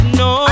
no